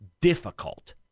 difficult